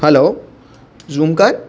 hello ज़ूमकन